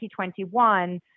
2021